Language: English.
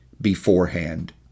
beforehand